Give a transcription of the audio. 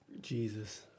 Jesus